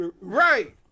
Right